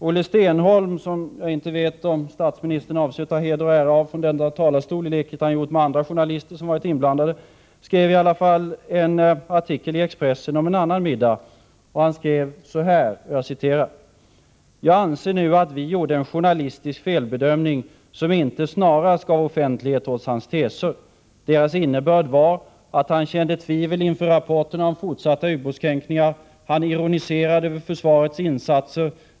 Olle Stenholm — jag vet inte om statsministern avser att ta heder och ära av honom från denna talarstol i likhet med vad han har gjort beträffande andra journalister som varit inblandade — skrev i alla fall en artikel i Expressen om en annan middag —- jag citerar: ”Jag anser nu att vi gjorde en journalistisk felbedömning som inte snarast gav offentlighet åt hans teser. Deras innebörd var att han kände tvivel inför rapporterna om fortsatta ubåtskränkningar. Han ironiserade över försvarets insatser.